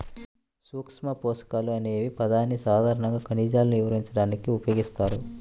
సూక్ష్మపోషకాలు అనే పదాన్ని సాధారణంగా ఖనిజాలను వివరించడానికి ఉపయోగిస్తారు